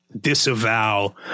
disavow